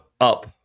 up